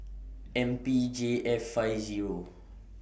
M P J F five Zero